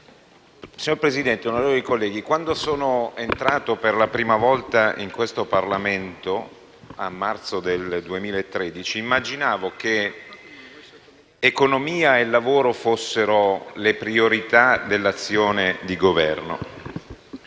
Signor Presidente, onorevoli colleghi, quando sono entrato per la prima volta in questo Parlamento, a marzo 2013, immaginavo che economia e lavoro fossero le priorità dell'azione di Governo.